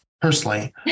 personally